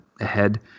ahead